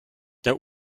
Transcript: der